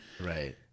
Right